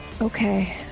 Okay